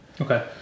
Okay